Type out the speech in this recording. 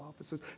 officers